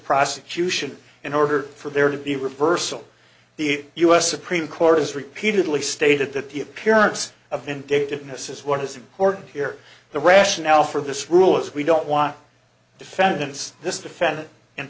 prosecution in order for there to be reversal the u s supreme court has repeatedly stated that the appearance of indebtedness is what is important here the rationale for this rule is we don't want defendants this defendant in